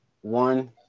one